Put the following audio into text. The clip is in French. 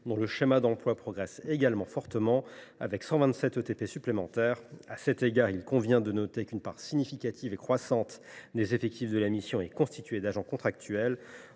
dont le schéma d’emploi progresse également fortement, avec 127 équivalents temps plein (ETP) supplémentaires. À cet égard, il convient de noter qu’une part significative et croissante des effectifs de la mission est constituée d’agents contractuels.